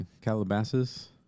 Calabasas